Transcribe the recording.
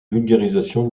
vulgarisation